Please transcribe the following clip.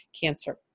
Cancer